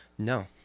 No